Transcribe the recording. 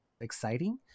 exciting